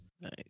nice